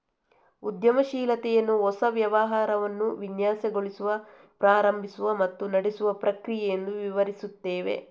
ಉದ್ಯಮಶೀಲತೆಯನ್ನು ಹೊಸ ವ್ಯವಹಾರವನ್ನು ವಿನ್ಯಾಸಗೊಳಿಸುವ, ಪ್ರಾರಂಭಿಸುವ ಮತ್ತು ನಡೆಸುವ ಪ್ರಕ್ರಿಯೆ ಎಂದು ವಿವರಿಸುತ್ತವೆ